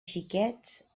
xiquets